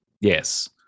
Yes